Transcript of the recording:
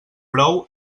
brou